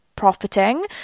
Profiting